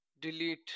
delete